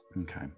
Okay